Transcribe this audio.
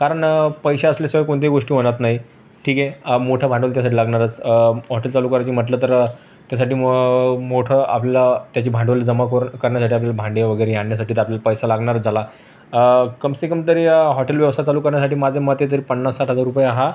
कारण पैसे असल्याशिवाय कोणत्याही गोष्टी होनात नाही ठीक आहे मोठं भांडवल त्यासाठी लागणारच हॉटेल चालू करायची म्हटलं तर त्यासाठी मं मोठं आपलं त्याची भांडवल जमाखोर करण्यासाठी आपल्याला भांडे वगैरे हे आणण्यासाठी तर आपल्याला पैसा लागणारंच त्याला कम से कम तरी हॉटेल व्यवसाय चालू करण्यासाठी माझं मत आहे तरी पन्नास साठ हजार रुपये हा